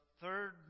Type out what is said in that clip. third